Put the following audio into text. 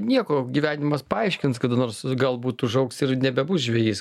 nieko gyvenimas paaiškins kada nors galbūt užaugs ir nebebus žvejys